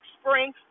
spring